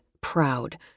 proud